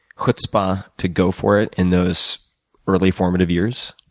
hutzpah to go for it in those early formative years?